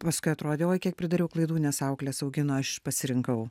paskui atrodė oi kiek pridariau klaidų nes auklės augino aš pasirinkau